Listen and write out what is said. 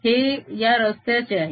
हे या रस्त्याचे आहे